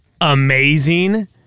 amazing